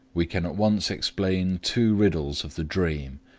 we can at once explain two riddles of the dream,